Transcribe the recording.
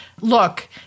look